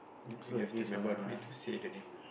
you have to remember don't need to say the name